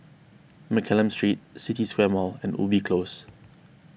Mccallum Street City Square Mall and Ubi Close